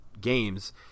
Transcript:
games